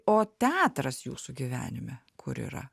o teatras jūsų gyvenime kur yra